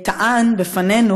טען בפנינו,